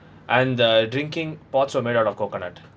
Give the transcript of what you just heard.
and the drinking pots are made out of coconut